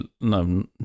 No